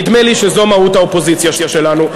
נדמה לי שזאת מהות האופוזיציה שלנו.